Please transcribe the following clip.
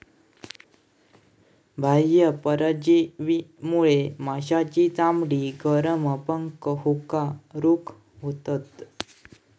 बाह्य परजीवीमुळे माशांची चामडी, गरला, पंख ह्येका रोग होतत